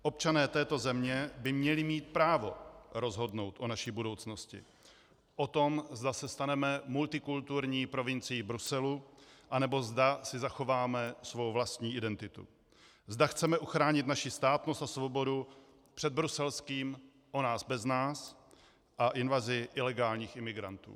Občané této země by měli mít právo rozhodnout o naší budoucnosti, o tom, zda se staneme multikulturní provincií Bruselu, anebo zda si zachováme svou vlastní identitu, zda chceme ochránit naši státnost a svobodu před bruselským o nás bez nás a invazí ilegálních imigrantů.